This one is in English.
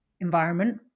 environment